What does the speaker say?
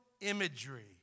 imagery